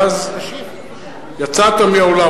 ואז יצאת מהאולם,